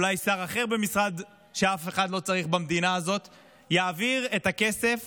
אולי שר אחר במשרד שאף אחד לא צריך במדינה הזאת יעביר את הכסף